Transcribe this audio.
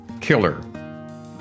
killer